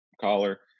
collar